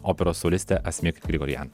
operos solistę asmik grigorian